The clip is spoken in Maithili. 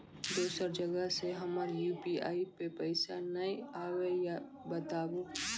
दोसर जगह से हमर यु.पी.आई पे पैसा नैय आबे या बताबू?